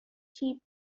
cheap